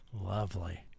Lovely